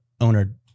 owner